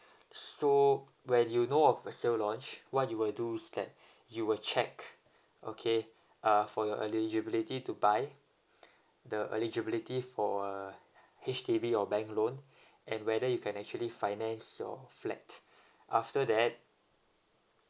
so when you know of a sale launch what you will do is that you will check okay uh for your eligibility to buy the eligibility for a H_D_B or bank loan and whether you can actually finance your flat after that